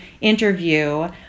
interview